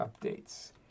updates